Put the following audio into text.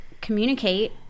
communicate